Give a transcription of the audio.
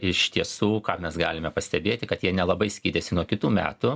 iš tiesų ką mes galime pastebėti kad jie nelabai skyrėsi nuo kitų metų